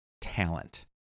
talent